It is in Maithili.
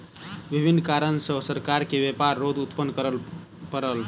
विभिन्न कारण सॅ सरकार के व्यापार रोध उत्पन्न करअ पड़ल